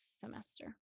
semester